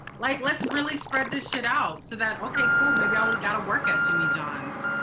like, let's really spread this shit out so that. ok, cool. maybe all we got to work at jimmy johns,